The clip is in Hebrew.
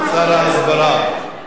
שר ההסברה.